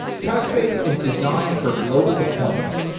couchbase is designed for global deployments,